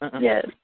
Yes